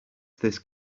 this